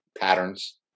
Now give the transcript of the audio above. patterns